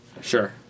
Sure